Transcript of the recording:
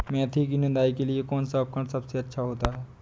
मेथी की निदाई के लिए कौन सा उपकरण सबसे अच्छा होता है?